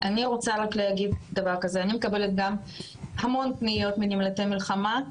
אני רוצה להגיד שאני מקבלת המון פניות מנמלטי מלחמה,